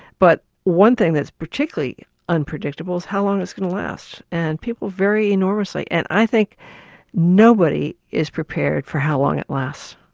but one thing that's particularly unpredictable is how long it's going to last, and people vary enormously. and i think nobody is prepared for how long it lasts.